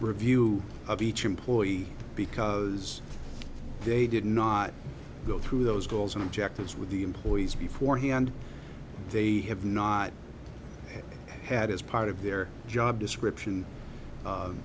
review of each employee because they did not go through those goals and objectives with the employees before hand they have not had as part of their job description